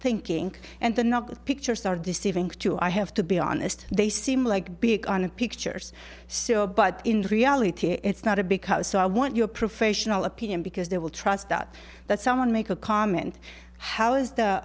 thinking and the not the pictures are deceiving too i have to be honest they seem like big on pictures so but in reality it's not a because so i want your professional opinion because they will trust that that someone make a comment how is the